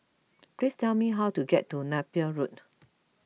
please tell me how to get to Napier Road